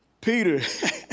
Peter